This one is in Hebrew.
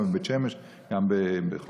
גם בבית שמש וגם בחולון.